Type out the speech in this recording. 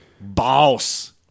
boss